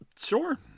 Sure